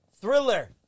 Thriller